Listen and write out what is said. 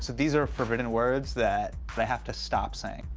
these are forbidden words that that i have to stop saying.